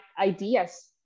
ideas